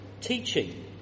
teaching